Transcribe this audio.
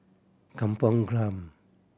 Kampong Glam